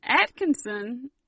Atkinson